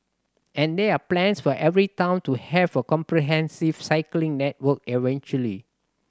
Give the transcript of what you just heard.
and there are plans for every town to have a comprehensive cycling network eventually